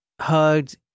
hugged